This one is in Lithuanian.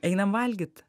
einam valgyt